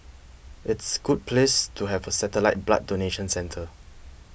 it's good place to have a satellite blood donation centre